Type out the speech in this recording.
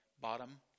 bottom